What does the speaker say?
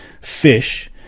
fish